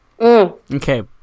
Okay